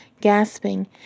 Gasping